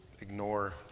ignore